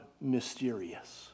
mysterious